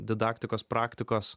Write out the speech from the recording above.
didaktikos praktikos